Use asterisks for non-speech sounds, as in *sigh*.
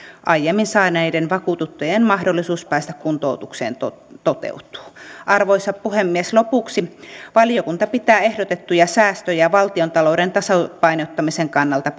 aiemmin saaneiden vakuutettujen mahdollisuus päästä kuntoutukseen toteutuu toteutuu arvoisa puhemies lopuksi valiokunta pitää ehdotettuja säästöjä valtiontalouden tasapainottamisen kannalta *unintelligible*